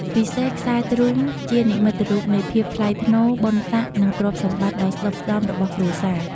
ពិសេសខ្សែទ្រូងជានិមិត្តរូបនៃភាពថ្លៃថ្នូរ បុណ្យស័ក្តិ និងទ្រព្យសម្បត្តិដ៏ស្ដុកស្ដម្ភរបស់គ្រួសារ។